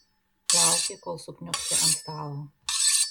lauki kol sukniubsi ant stalo